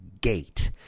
gate